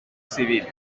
civil